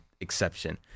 exception